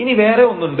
ഇനി വേറെ ഒന്നുണ്ട്